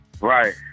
Right